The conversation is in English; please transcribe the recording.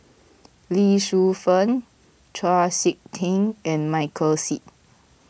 Lee Shu Fen Chau Sik Ting and Michael Seet